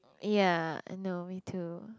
ya I know me too